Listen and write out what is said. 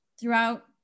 throughout